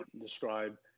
describe